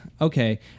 Okay